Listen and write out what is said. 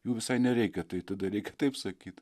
jų visai nereikia tai tada reikia taip sakyt